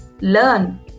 learn